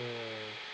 mm